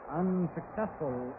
unsuccessful